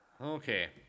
Okay